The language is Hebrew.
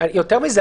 יותר מזה,